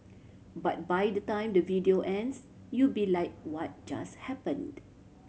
but by the time the video ends you'll be like what just happened